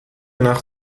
nach